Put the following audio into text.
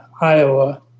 Iowa